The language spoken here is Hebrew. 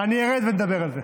אני ארד ונדבר על זה.